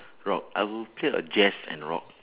rock I would play the jazz and rock